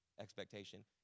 expectation